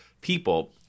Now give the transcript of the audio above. people